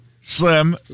Slim